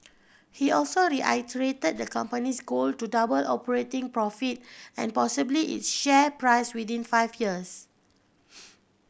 he also reiterated the company's goal to double operating profit and possibly its share price within five years